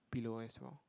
ass lor